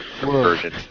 version